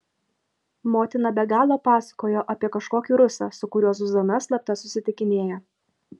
motina be galo pasakojo apie kažkokį rusą su kuriuo zuzana slapta susitikinėja